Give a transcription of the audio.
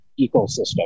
ecosystem